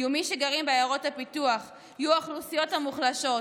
יהיו מי שגרים בעיירות פיתוח ויהיו האוכלוסיות המוחלשות.